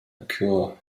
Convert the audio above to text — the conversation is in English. occur